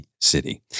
city